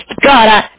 God